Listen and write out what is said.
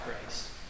grace